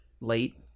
late